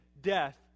death